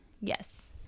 Yes